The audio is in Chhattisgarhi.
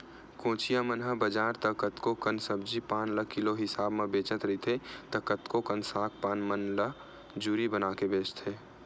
कोचिया मन ह बजार त कतको कन सब्जी पान ल किलो हिसाब म बेचत रहिथे त कतको कन साग पान मन ल जूरी बनाके बेंचथे